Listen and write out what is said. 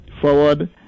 forward